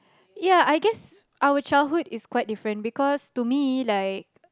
ya I guess our childhood is quite different because to me like